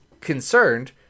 concerned